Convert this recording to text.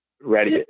ready